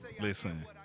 Listen